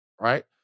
Right